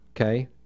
okay